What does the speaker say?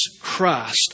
Christ